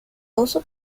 also